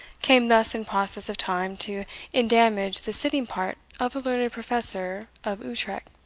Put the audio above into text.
came thus in process of time to endamage the sitting part of a learned professor of utrecht.